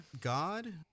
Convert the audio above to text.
God